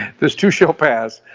this too shall pass.